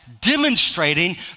demonstrating